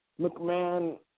McMahon